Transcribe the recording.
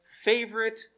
favorite